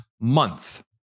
month